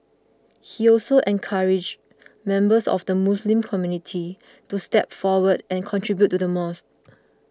he also encouraged members of the Muslim community to step forward and contribute to the mosque